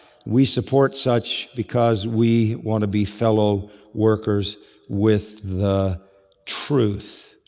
we support such because we want to be fellow workers with the truth.